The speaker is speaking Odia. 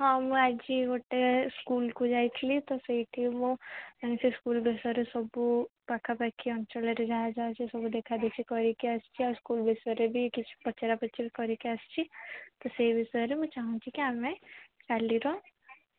ହଁ ମୁଁ ଆଜି ଗୋଟେ ସ୍କୁଲ୍କୁ ଯାଇଥିଲି ତ ସେଇଠି ମୁଁ ସେଇ ସ୍କୁଲ୍ ବିଷୟରେ ସବୁ ପାଖା ପାଖି ଅଞ୍ଚଳରେ ଯାହା ଯାହା ଅଛି ସବୁ ଦେଖା ଦେଖି କରିକି ଆସିଛି ଆଉ ସ୍କୁଲ୍ ବିଷୟରେ ବି କିଛି ପଚରା ପଚରି କରିକି ଆସିଛି ତ ସେଇ ବିଷୟରେ ମୁଁ ଚାହୁଁଛି କି ଆମେ କାଲିର